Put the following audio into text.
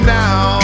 now